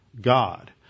God